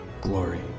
glory